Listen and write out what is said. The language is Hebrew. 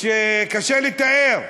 שקשה לתאר.